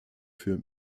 für